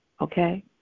okay